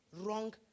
wrong